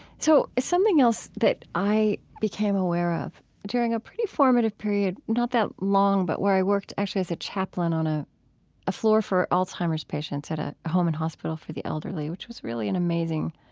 so something else that i became aware of during a pretty formative period not that long, but where i worked actually as a chaplain on a a floor for alzheimer's patients at a home and hospital for the elderly, which was really an amazing,